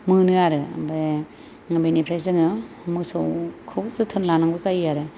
मोनो आरो ओमफाय बेनिफ्राय जोङो मोसौखौ जोथोन लानांगौ जायो आरो